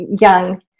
young